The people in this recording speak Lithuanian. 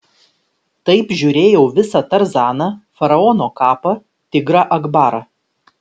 taip žiūrėjau visą tarzaną faraono kapą tigrą akbarą